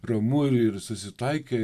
ramu ir susitaikė